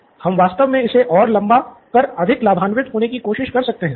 हम वास्तव में इसे और लंबा कर अधिक लाभान्वित होने की कोशिश कर सकते हैं